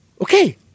Okay